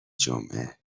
جمعه